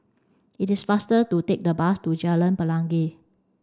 it is faster to take the bus to Jalan Pelangi